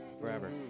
forever